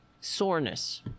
Soreness